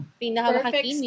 perfect